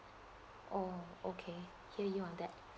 oh okay here you on that